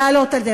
להעלות אותם.